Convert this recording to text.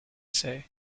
say